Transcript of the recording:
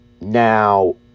now